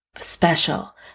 special